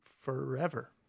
forever